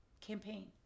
campaign